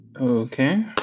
Okay